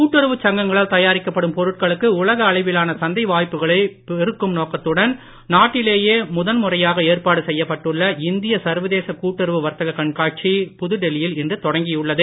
கூட்டுறவுச் சங்கங்களால் தயாரிக்கப்படும் பொருட்களுக்கு உலக அளவிலான சந்தை வாய்ப்புகளைப் பெருக்கும் நோக்கத்துடன் நாட்டிலேயே முதல்முறையாக ஏற்பாடு செய்யப்பட்டுள்ள இந்திய சர்வதேச கூட்டுறவு வர்த்தக்க் கண்காட்சி புதுடில்லி யில் இன்று தொடங்கியுள்ளது